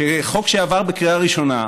שחוק שעבר בקריאה ראשונה,